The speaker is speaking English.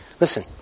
Listen